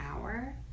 hour